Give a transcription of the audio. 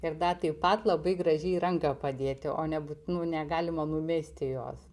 ir dar taip pat labai gražiai į ranką padėti o ne būt nu negalima numesti jos